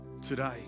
today